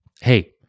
hey